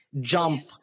jump